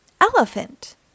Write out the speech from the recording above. Elephant